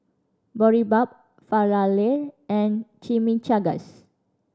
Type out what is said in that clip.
Boribap Falafel and Chimichangas